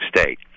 state